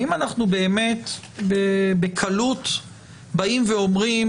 האם אנחנו באמת בקלות אומרים: